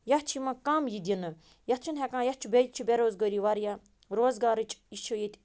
یَتھ چھِ یِوان کَم یہِ دِنہٕ یَتھ چھِنہٕ ہٮ۪کان یَتھ چھِ بیٚیہِ چھِ بےٚ روزگٲری واریاہ روزگارٕچ یہِ چھِ ییٚتہِ